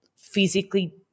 physically